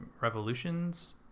revolutions